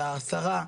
לשרה,